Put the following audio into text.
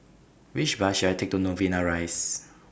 Which Bus should I Take to Novena Rise